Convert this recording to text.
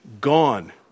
gone